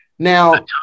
Now